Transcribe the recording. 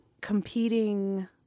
competing